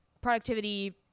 productivity